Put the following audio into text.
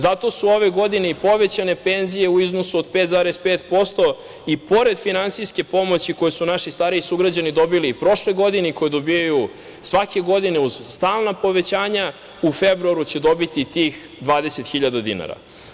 Zato su ove godine i povećane penzije u iznosu od 5,5%, i pored finansijske pomoći koju su naši stariji sugrađani dobili prošle godine i koju dobijaju svake godine, uz stalna povećanja, u februaru će dobiti tih 20.000 dinara.